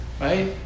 right